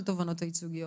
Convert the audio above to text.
של תובענות ייצוגיות,